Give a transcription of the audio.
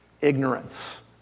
ignorance